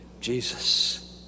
Jesus